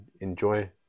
enjoy